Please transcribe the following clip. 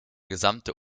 gesamte